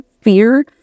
fear